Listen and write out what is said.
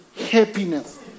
happiness